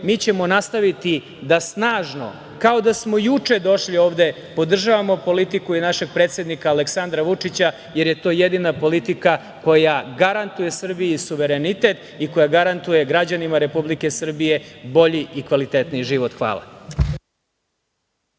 ćemo nastaviti da snažno, kao da smo juče došli ovde, podržavamo politiku i našeg predsednika Aleksandra Vučića, jer je to jedina politika koja garantuje Srbiji suverenitet i koja garantuje građanima Republike Srbije bolji i kvalitetniji život. Hvala.